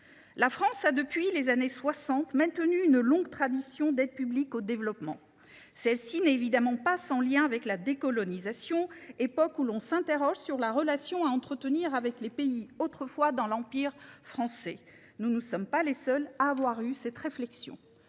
la France entretient une longue tradition d’aide publique au développement. Celle ci n’est évidemment pas sans lien avec la décolonisation, période durant laquelle l’on s’est interrogé sur la relation à entretenir avec les pays autrefois dans l’empire français. Nous ne sommes pas les seuls à avoir mené cette réflexion.